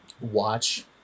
watch